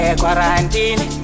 quarantine